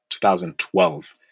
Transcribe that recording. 2012